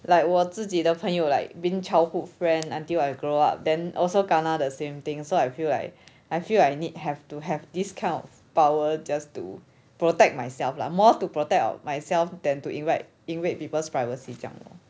like 我自己的朋友 like being childhood friend until I grow up then also kena the same thing so I feel like I feel like need have to have to this kind of power just to protect myself lah more to protect myself then to invite invade people's privacy 这样